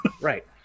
Right